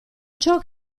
ciò